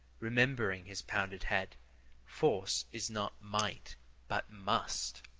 remembering his pounded head force is not might but must!